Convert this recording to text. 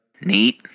neat